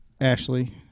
Ashley